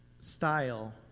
style